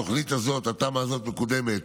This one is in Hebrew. התוכנית הזאת, התמ"א הזאת, מקודמת